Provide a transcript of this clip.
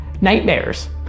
nightmares